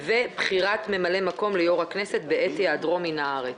ובחירת ממלא מקום ליו"ר הכנסת בעת היעדרו מן הארץ.